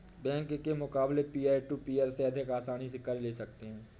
bank के मुकाबले peer to peer से आसनी से कर्ज ले सकते है